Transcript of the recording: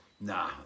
Nah